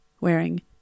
wearing